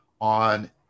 on